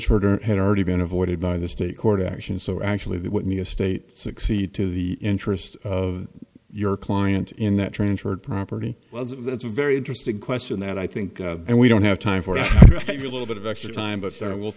shorter had already been avoided by the state court action so actually that would mean a state succeed to the interest of your client in that transferred property well that's a very interesting question that i think and we don't have time for a little bit of extra time but